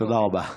תודה רבה.